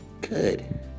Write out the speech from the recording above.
good